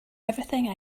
everything